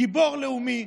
גיבור לאומי.